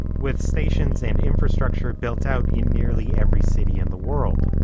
with stations and infrastructure built-out in nearly every city in the world.